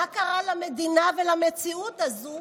מה קרה למדינה ולמציאות הזו?